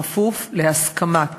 כפוף להסכמת